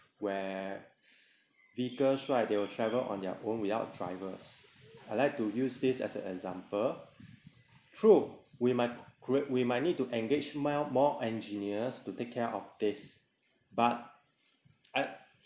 where vehicles right they will travel on their own without drivers I like to use this as an example true we might gr~ we might need to engage more more engineers to take care of this but I